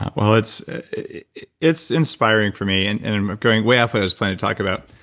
ah well, it's it's inspiring for me and and i'm going way off. there's plenty to talk about,